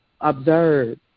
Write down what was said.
observe